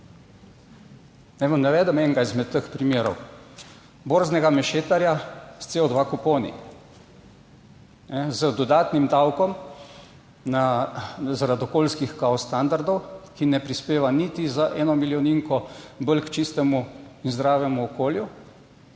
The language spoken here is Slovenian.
vam navedem enega izmed teh primerov, borznega mešetarja s CO2 kuponi. Z dodatnim davkom zaradi okolijskih kao standardov, ki ne prispeva niti za eno milijoninko bolj k čistemu in zdravemu okolju,